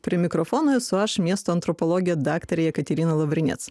prie mikrofono esu aš miesto antropologė daktarė jekaterina lavrinėc